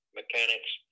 mechanics